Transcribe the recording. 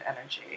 energy